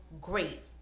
great